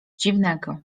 dziwnego